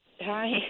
Hi